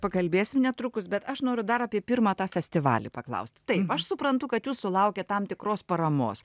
pakalbėsime netrukus bet aš noriu dar apie pirmą tą festivalį paklausti tai aš suprantu kad jūs sulaukė tam tikros paramos